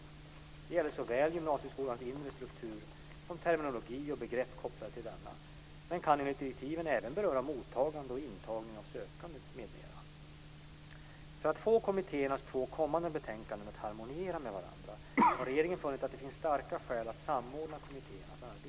Det gäller såväl gymnasieskolans inre struktur som terminologi och begrepp kopplade till denna, men kan enligt direktiven även beröra mottagande och intagning av sökande m.m. För att få kommittéernas två kommande betänkanden att harmoniera med varandra har regeringen funnit att det finns starka skäl att samordna kommittéernas arbete.